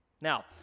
now